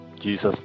Jesus